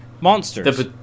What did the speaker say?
Monsters